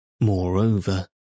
Moreover